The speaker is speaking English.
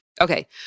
Okay